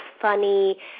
funny